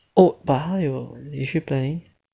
oh but 他有 is she planning